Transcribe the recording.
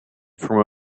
from